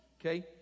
Okay